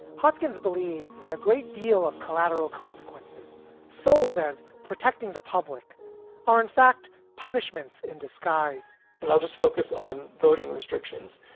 hoskins believes that a great deal of collateral consequences sold as protecting the public are in fact punishments in disguise and i'll just focus on voting restrictions.